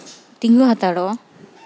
ᱛᱤᱸᱜᱩ ᱦᱟᱛᱟᱲᱚᱜᱼᱟ